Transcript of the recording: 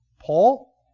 Paul